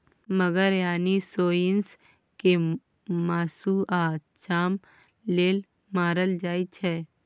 मगर यानी सोंइस केँ मासु आ चाम लेल मारल जाइ छै